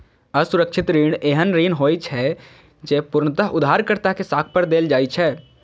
असुरक्षित ऋण एहन ऋण होइ छै, जे पूर्णतः उधारकर्ता के साख पर देल जाइ छै